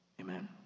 Amen